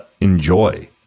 enjoy